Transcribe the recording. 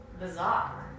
bizarre